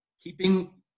keeping